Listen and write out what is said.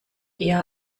eher